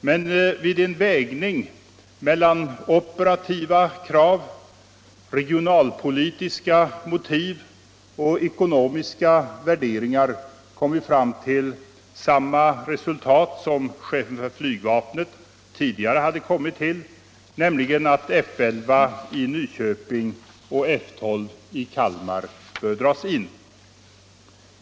Men vid en vägning mellan operativa krav, regionalpolitiska motiv och ekonomiska värderingar kom vi till samma resultat som chefen för flygvapnet tidigare hade kommit till, nämligen att F 11 i Nyköping och F 12 i Kalmar bör dras in.